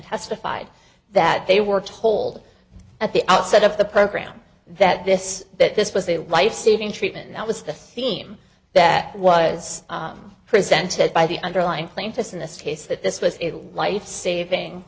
testified that they were told at the outset of the program that this that this was a life saving treatment that was the theme that was presented by the underlying plaintiffs in this case that this was a life saving